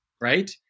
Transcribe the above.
Right